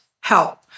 help